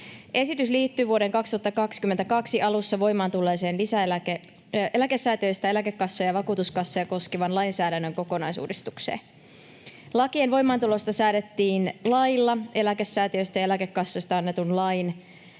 Esitys liittyy vuoden 2022 alussa voimaan tulleeseen eläkesäätiöitä, eläkekassoja ja vakuutuskassoja koskevan lainsäädännön kokonaisuudistukseen. Lakien voimaantulosta säädettiin lailla eläkesäätiöistä ja eläkekassoista annetun lain,